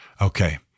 Okay